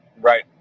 Right